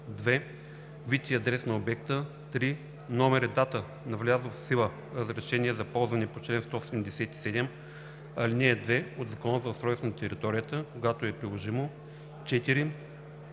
2. вид и адрес на обекта; 3. номер и дата на влязло в сила разрешение за ползване по чл. 177, ал. 2 от Закона за устройство на територията – когато е приложимо; 4.